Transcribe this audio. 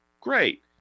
great